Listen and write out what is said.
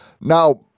Now